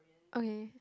okay